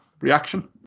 reaction